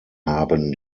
haben